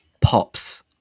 pops